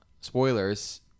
spoilers